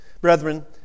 Brethren